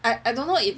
I I don't know if